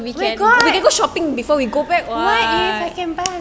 oh my god what if I can buy